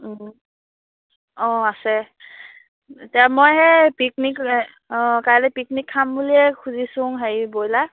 অঁ আছে এতিয়া মই সেই পিকনিক অঁ কাইলৈ পিকনিক খাম বুলিয়ে খুজিছোঁ হেৰি ব্ৰইলাৰ